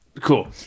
Cool